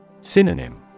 Synonym